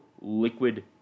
liquid